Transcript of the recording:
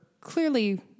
clearly